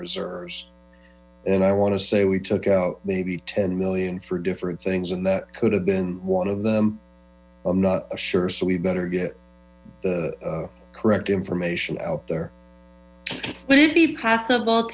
reserves and i want to say we took out maybe ten million for different things and that could have been one of them i'm not sure so we better get the correct information out there would it be possible